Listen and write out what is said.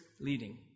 leading